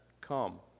come